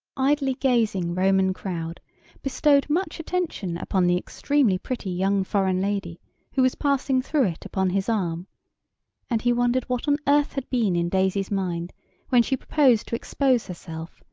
idly gazing roman crowd bestowed much attention upon the extremely pretty young foreign lady who was passing through it upon his arm and he wondered what on earth had been in daisy's mind when she proposed to expose herself,